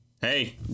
Hey